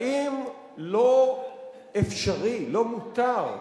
האם לא אפשרי, לא מותר,